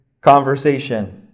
conversation